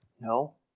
No